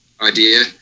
idea